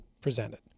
presented